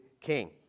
king